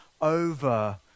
over